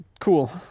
cool